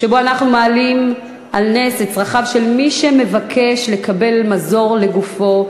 שבו אנחנו מעלים על נס את צרכיו של מי שמבקש לקבל מזור לגופו,